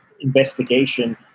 investigation